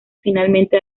finalmente